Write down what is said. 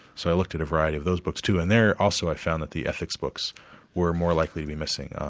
so i looked at a variety of those books too, and there also i found that the ethics books were more likely to be missing.